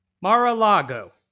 Mar-a-Lago